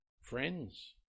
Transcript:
friends